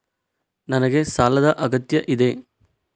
ನನಗೆ ಸಾಲದ ಅಗತ್ಯ ಇದೆ?